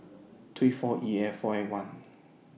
three four E A four A one